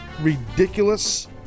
ridiculous